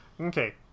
Okay